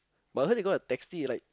but heard they gonna tax it like